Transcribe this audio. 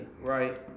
right